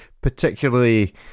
particularly